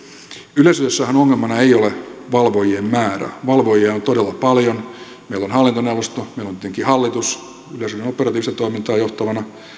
yleisradiossahan ongelmana ei ole valvojien määrä valvojia on todella paljon meillä on hallintoneuvosto meillä on tietenkin hallitus yleisradion operatiivista toimintaa johtavana